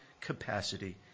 capacity